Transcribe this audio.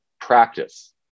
practice